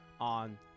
on